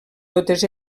totes